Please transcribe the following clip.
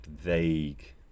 vague